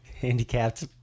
handicapped